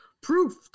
proof